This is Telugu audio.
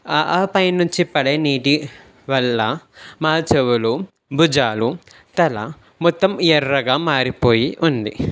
ఆ ఆ పైన్నుంచి పడే నీటి వల్ల మా చెవులు భుజాలు తల మొత్తం ఎర్రగా మారిపోయి ఉంది